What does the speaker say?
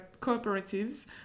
cooperatives